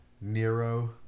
Nero